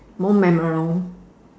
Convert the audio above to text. more memorable